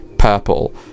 purple